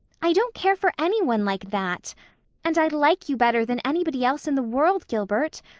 i don't care for any one like that and i like you better than anybody else in the world, gilbert.